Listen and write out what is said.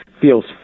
feels